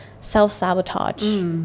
self-sabotage